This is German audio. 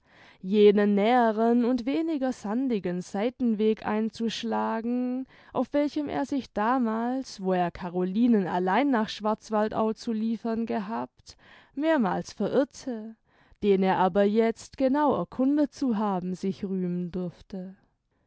jenen näheren und weniger sandigen seitenweg einzuschlagen auf welchem er sich damals wo er carolinen allein nach schwarzwaldau zu liefern gehabt mehrmals verirrte den er aber jetzt genau erkundet zu haben sich rühmen durfte